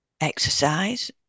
exercise